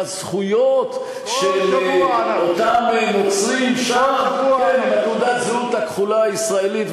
עם הזכויות של אותם נוצרים שם עם תעודת הזהות הכחולה הישראלית,